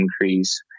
increase